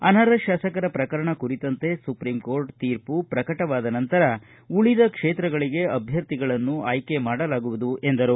ಅನರ್ಹ ಶಾಸಕರ ಪ್ರಕರಣ ಕುರಿತಂತೆ ಸುಪ್ರೀಂ ಕೋರ್ಟ್ ತೀರ್ಪು ಪ್ರಕಟವಾದ ನಂತರ ಉಳಿದ ಕ್ಷೇತ್ರಗಳಿಗೆ ಅಭ್ಯರ್ಥಿಗಳನ್ನು ಆಯ್ಕೆ ಮಾಡಲಾಗುವುದು ಎಂದರು